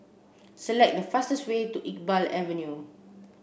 select the fastest way to Iqbal Avenue